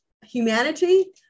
humanity